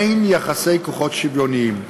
אין יחסי כוחות שוויוניים.